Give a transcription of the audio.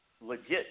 Legit